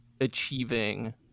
achieving